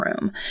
room